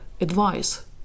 advice